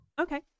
Okay